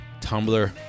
Tumblr